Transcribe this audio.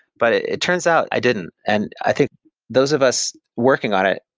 but it it turns out, i didn't. and i think those of us working on it,